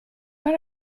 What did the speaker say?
pas